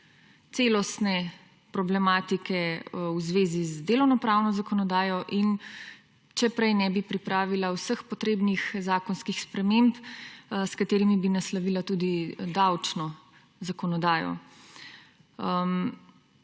celostne problematike v zvezi z delovnopravno zakonodajo. In če prej ne bi pripravila vseh potrebnih zakonskih sprememb s katerimi bi naslovila tudi davčno zakonodajo.